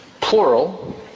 plural